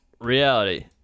reality